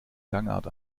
gangart